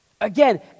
Again